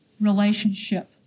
relationship